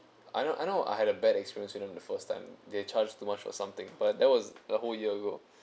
I know I know I had a bad experience you know the first time they charged too much or something but that was the whole year ago